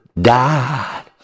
died